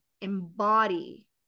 embody